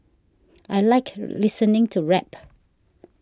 I like listening to rap